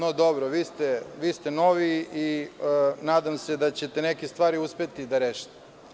No, dobro, vi ste novi i nadam se da ćete neke stvari uspeti da rešite.